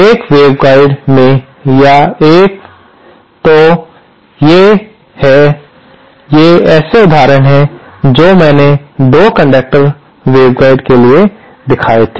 एक वेवगाइड में या एक तो ये हैं ये ऐसे उदाहरण हैं जो मैंने 2 कंडक्टर वेवगाइड के लिए दिखाए थे